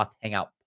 Hangout